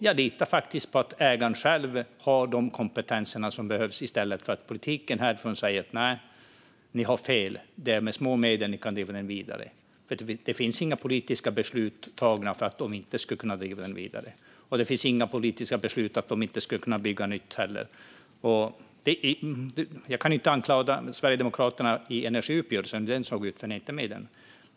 Jag litar faktiskt på att ägaren själv har de kompetenser som behövs i stället för att vi politiker här säger: Ni har fel, ni kan driva den vidare med små medel. Det finns inga politiska beslut tagna för att de inte skulle kunna driva den vidare. Det finns heller inga politiska beslut om att de inte skulle kunna bygga nytt. Jag kan inte anklaga Sverigedemokraterna för hur energiuppgörelsen såg ut, för ni är inte med i den.